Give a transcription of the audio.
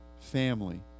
family